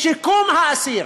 בשיקום האסיר,